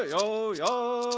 ah oh